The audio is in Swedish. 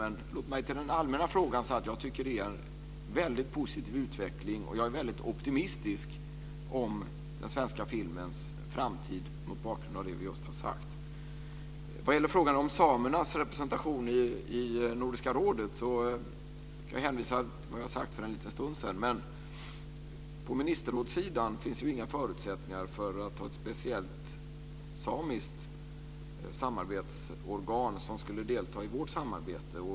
Men låt mig vad gäller den allmänna frågan säga att jag tycker att det är en väldigt positiv utveckling, och jag är väldigt optimistisk vad beträffar den svenska filmens framtid mot bakgrund av det vi just har sagt. Vad gäller frågan om samernas representation i Nordiska rådet kan jag hänvisa till vad jag sade för en liten stund sedan. På ministerrådssidan finns inga förutsättningar för ett speciellt samiskt samarbetsorgan som skulle delta i vårt samarbete.